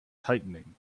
tightening